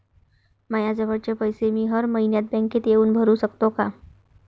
मायाजवळचे पैसे मी हर मइन्यात बँकेत येऊन भरू सकतो का?